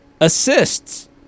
Assists